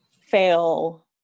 fail